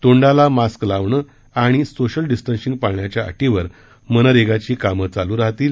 तोंडाला मास्क लावणं आणि सोशल डिस्टन्सिंग पाळण्याच्या अटीवर मनरेगाची कामे चालू राहतील